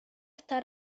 está